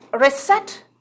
RESET